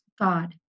God